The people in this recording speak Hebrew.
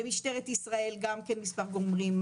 במשטרת ישראל גם כן מספר גורמים,